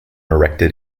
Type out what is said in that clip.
erected